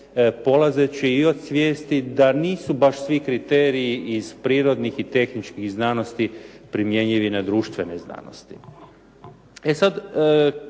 polazeći i od svijesti da nisu baš svi kriteriji iz prirodnih i tehničkih znanosti primjenjivi na društvene znanosti.